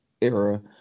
era